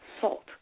salt